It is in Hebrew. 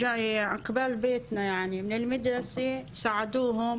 בית-הספר שלו.